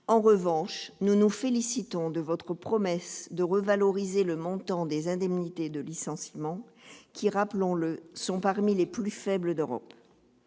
En revanche, nous nous félicitons de votre promesse de revaloriser le montant des indemnités de licenciement, qui, rappelons-le, sont parmi les plus faibles d'Europe.